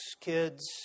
kids